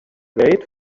wait